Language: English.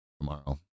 tomorrow